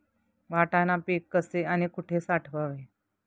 वाटाणा पीक कसे आणि कुठे साठवावे?